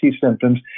symptoms